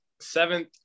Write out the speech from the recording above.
seventh